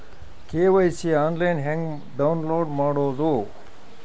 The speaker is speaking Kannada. ಕೆ.ವೈ.ಸಿ ಆನ್ಲೈನ್ ಹೆಂಗ್ ಡೌನ್ಲೋಡ್ ಮಾಡೋದು?